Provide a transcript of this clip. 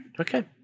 Okay